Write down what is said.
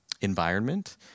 environment